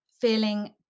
feeling